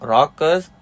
Rockers